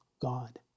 God